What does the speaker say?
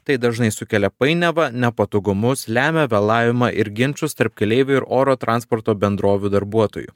tai dažnai sukelia painiavą nepatogumus lemia vėlavimą ir ginčus tarp keleivių ir oro transporto bendrovių darbuotojų